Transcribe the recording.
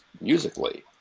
musically